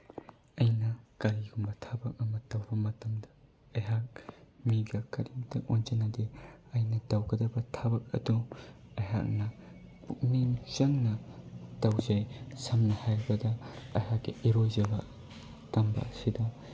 ꯑꯩꯅ ꯀꯔꯤꯒꯨꯝꯕ ꯊꯕꯛ ꯑꯃ ꯇꯧꯕ ꯃꯇꯝꯗ ꯑꯩꯍꯥꯛ ꯃꯤꯒ ꯀꯔꯤꯝꯇ ꯑꯣꯟꯖꯤꯟꯅꯗꯦ ꯑꯩꯅ ꯇꯧꯒꯗꯕ ꯊꯕꯛ ꯑꯗꯨ ꯑꯩꯍꯥꯛꯅ ꯄꯨꯛꯅꯤꯡ ꯆꯪꯅ ꯇꯧꯖꯩ ꯁꯝꯅ ꯍꯥꯏꯔꯕꯗ ꯑꯩꯍꯥꯛꯀꯤ ꯏꯔꯣꯏꯖꯕ ꯇꯝꯕ ꯑꯁꯤꯗ